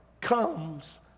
comes